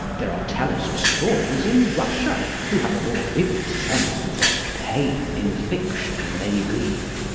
there are tellers of stories in russia who have a more vivid sense of what pain in fiction may be.